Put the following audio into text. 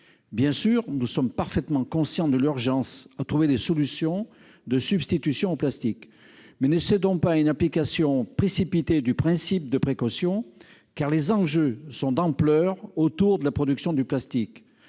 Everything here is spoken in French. bien sûr nous sommes parfaitement conscients de l'urgence à trouver des solutions de substitution en plastique mais ne cédons pas à une application précipitée du principe de précaution, car les enjeux sont d'ampleur autour de la production du plastique,